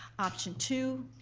option two,